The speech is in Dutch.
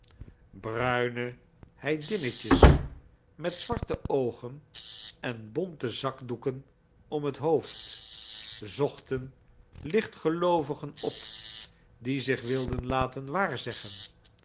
bruine heidinnetjes met zwarte oogen en bonte zakdoeken om het hoofd zochten lichtgeloovigen op die zich wilden laten